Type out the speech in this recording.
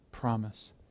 promise